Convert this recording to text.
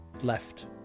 left